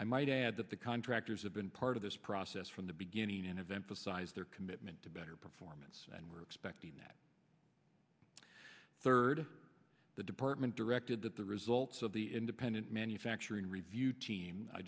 i might add that the contractors have been part of this process from the beginning in event of size their commitment to better performance and we're expecting that third the department directed that the results of the independent manufacturing review team i